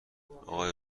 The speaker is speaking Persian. اقای